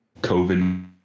COVID